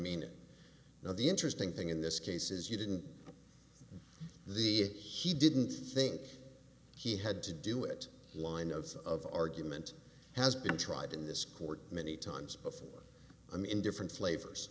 it now the interesting thing in this case is you didn't the he didn't think he had to do it line of argument has been tried in this court many times before him in different flavors